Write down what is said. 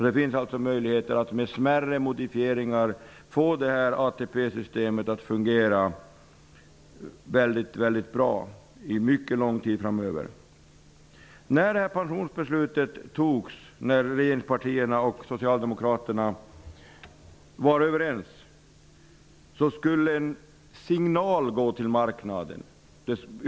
Det finns möjlighet att med smärre modifieringar få ATP systemet att fungera väldigt bra i mycket lång tid framöver. När detta pensionsbeslut fattades var regeringspartierna och Socialdemokraterna överens. En signal skulle gå till marknaden.